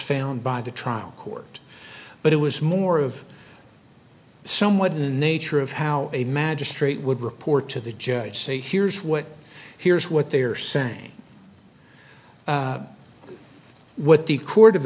found by the trial court but it was more of somewhat in the nature of how a magistrate would report to the judge say here's what here's what they are saying what the court of